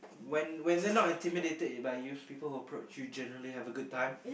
when when they're not intimidated by you people who approach you generally have a good time